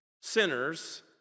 sinners